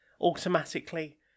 automatically